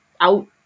out